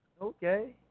Okay